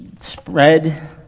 spread